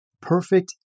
Perfect